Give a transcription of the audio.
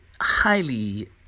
highly